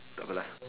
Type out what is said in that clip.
takpe lah